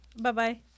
Bye-bye